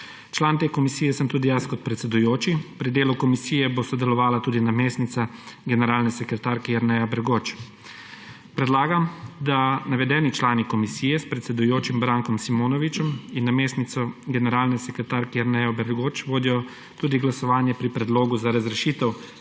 Član te komisije sem tudi jaz kot predsedujoči. Pri delu komisije bo sodelovala tudi namestnica generalne sekretarke Jerneja Bergoč. Predlagam, da navedeni člani komisije s predsedujočim Brankom Simonovičem in namestnico generalne sekretarke Jernejo Bergoč vodijo tudi glasovanje pri predlogu za razrešitev